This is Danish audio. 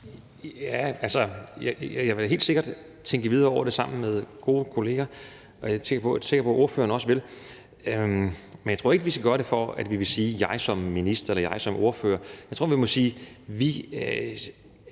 jeg vil da helt sikkert tænke videre over det sammen med gode kolleger, og det er jeg sikker på at ordføreren også vil. Men jeg tror ikke, man skal gøre det for at kunne sige: Jeg som minister gjorde det, eller jeg som ordfører gjorde det. Jeg tror, vi må sige, at vi